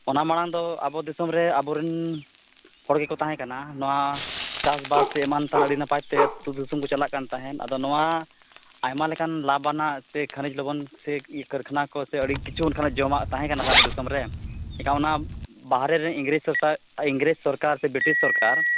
ᱚᱱᱟ ᱢᱟᱲᱟᱝ ᱫᱚ ᱟᱵᱚ ᱫᱤᱥᱚᱢ ᱨᱮ ᱟᱵᱚᱨᱤᱱ ᱦᱚᱲ ᱜᱮᱠᱚ ᱛᱟᱦᱮᱸᱠᱟᱱᱟ ᱱᱚᱣᱟ ᱪᱟᱥᱵᱟᱥ ᱦᱚᱸ ᱮᱢᱟᱱ ᱛᱮᱱᱟᱜ ᱟᱹᱰᱤ ᱱᱟᱯᱟᱭ ᱛᱮ ᱟᱛᱳ ᱫᱤᱥᱚᱢ ᱠᱚ ᱪᱟᱞᱟᱜ ᱠᱟᱱ ᱛᱟᱦᱮᱸᱫ ᱟᱫᱚ ᱱᱚᱣᱟ ᱟᱭᱢᱟ ᱞᱮᱠᱟᱱ ᱞᱟᱵᱟᱱᱟᱜ ᱥᱮ ᱠᱷᱟᱹᱱᱤᱠ ᱞᱚᱜᱚᱱ ᱥᱮ ᱠᱟᱹᱨᱠᱷᱟᱱᱟ ᱠᱚ ᱟᱹᱰᱤ ᱠᱤᱪᱷᱩ ᱚᱱᱠᱟᱱᱟᱜ ᱡᱚᱢᱟᱜ ᱛᱟᱦᱮᱸᱠᱟᱱᱟ ᱟᱵᱚ ᱫᱤᱥᱚᱢ ᱨᱮ ᱪᱮᱠᱟ ᱚᱱᱟ ᱵᱟᱦᱨᱮ ᱨᱮᱱ ᱤᱝᱨᱮᱹᱡᱽ ᱥᱚᱨᱠᱟᱨ ᱥᱮ ᱵᱨᱤᱴᱤᱥ ᱥᱚᱨᱠᱟᱨ